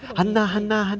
那种 me~ me~